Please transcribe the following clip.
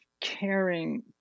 caring